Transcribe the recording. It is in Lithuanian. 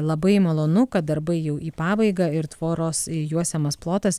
labai malonu kad darbai jau į pabaigą ir tvoros juosiamas plotas